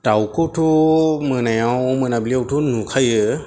दाउखौथ' मोनायाव मोनाबिलियावथ' नुखायो